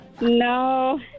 No